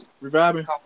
reviving